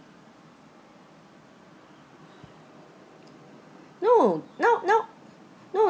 no now now no